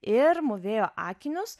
ir mūvėjo akinius